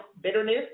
Bitterness